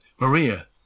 Maria